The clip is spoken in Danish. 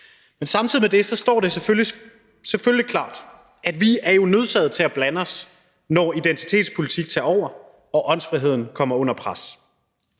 Men samtidig med det står det jo selvfølgelig klart, at vi er nødsaget til at blande os, når identitetspolitikken tager over og åndsfriheden kommer under pres,